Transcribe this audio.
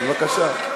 אז בבקשה.